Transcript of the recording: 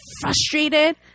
frustrated